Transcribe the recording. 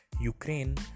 ukraine